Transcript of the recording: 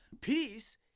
Peace